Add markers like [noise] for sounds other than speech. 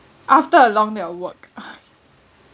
after a long day of work [breath]